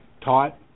taught